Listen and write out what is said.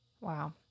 Wow